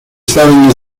spelling